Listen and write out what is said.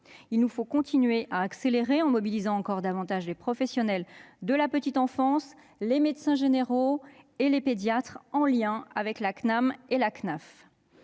Il nous faut continuer dans cette voie en mobilisant encore davantage les professionnels de la petite enfance, les médecins généraux et les pédiatres, en lien avec la Caisse nationale